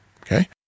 Okay